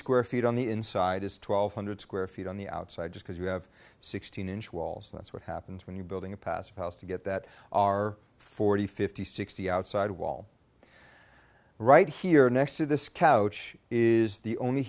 square feet on the inside is twelve hundred square feet on the outside because you have sixteen inch walls and that's what happens when you're building a passive house to get that our forty fifty sixty outside wall right here next to this couch is the only